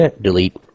Delete